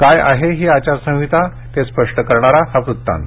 काय आहे ही आचार संहिता ते स्पष्ट करणारा हा वृत्तांत